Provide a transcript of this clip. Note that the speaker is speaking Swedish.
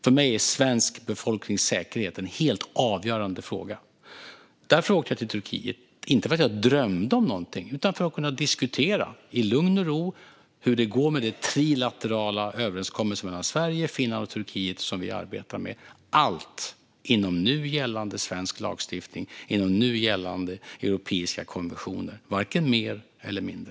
För mig är den svenska befolkningens säkerhet en helt avgörande fråga. Därför åkte jag till Turkiet, inte för att jag drömde om någonting utan för att diskutera i lugn och ro hur det går med den trilaterala överenskommelse mellan Sverige, Finland och Turkiet som vi arbetar med. Allt är inom nu gällande svensk lagstiftning och inom nu gällande europeiska konventioner. Varken mer eller mindre.